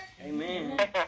Amen